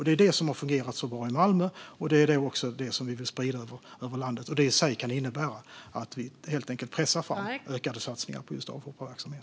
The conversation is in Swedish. Det är detta som har fungerat så bra i Malmö, och det är detta som vi vill sprida över landet. Det i sig kan innebära att vi helt enkelt pressar fram ökade satsningar på avhopparverksamhet.